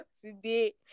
today